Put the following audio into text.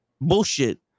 bullshit